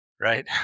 right